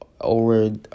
over